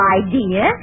idea